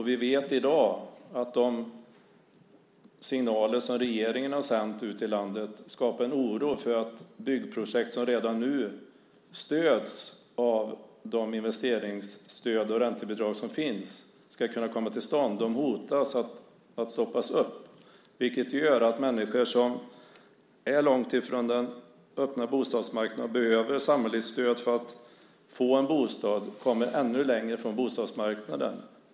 Vi vet i dag att de signaler som regeringen har sänt ut i landet skapar en oro för att byggprojekt som redan nu stöds med hjälp av de investeringsstöd och räntebidrag som finns ska stoppas. Det gör att de människor som är långt från den öppna bostadsmarknaden och behöver samhällets stöd för att få en bostad kommer ännu längre från bostadsmarknaden.